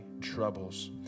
troubles